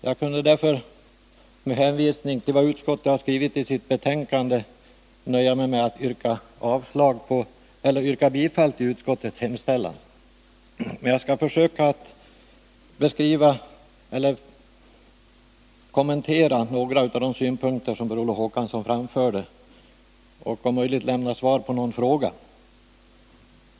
Jag kunde därför med hänvisning till vad utskottet har skrivit i sitt betänkande nöja mig med att yrka bifall till utskottets hemställan. Men jag skall försöka kommentera några av de synpunkter som Per Olof Håkansson framförde och om möjligt lämna svar på någon fråga.